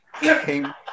Came